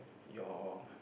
your